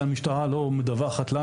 המשטרה לא מדווחת לנו.